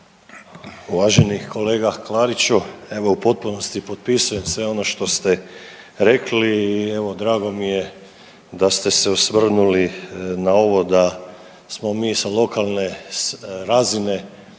Uvaženi kolega Klariću, evo u potpunosti potpisujem sve ono što ste rekli i evo drago mi je da ste se osvrnuli na ovo da smo mi sa lokalne razine